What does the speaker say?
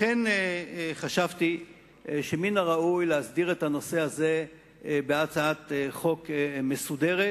לכן חשבתי שמן הראוי להסדיר את הנושא הזה בהצעת חוק מסודרת,